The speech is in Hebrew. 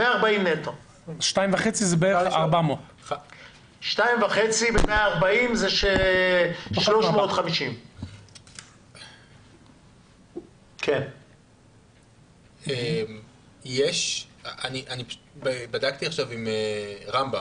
1.5% זה בערך 400. 2.5% מ-140 זה 350. בדקתי עכשיו עם רמב"ם,